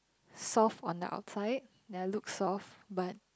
soft on the outside that I look soft but